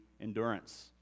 endurance